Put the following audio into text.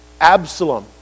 Absalom